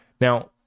Now